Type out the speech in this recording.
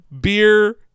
beer